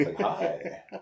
hi